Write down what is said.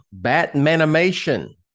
Batmanimation